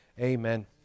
amen